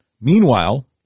Meanwhile